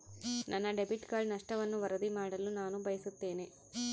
ನನ್ನ debit card ನಷ್ಟವನ್ನು ವರದಿ ಮಾಡಲು ನಾನು ಬಯಸುತ್ತೇನೆ